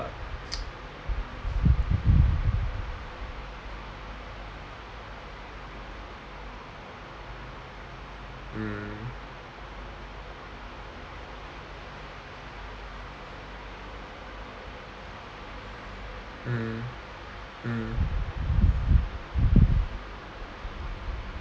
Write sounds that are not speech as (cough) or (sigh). (noise) mm mm mm